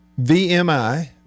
VMI